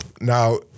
Now